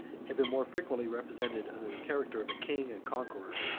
had been more frequently represented under the character of a king and conqueror,